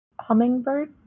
hummingbird